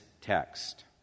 text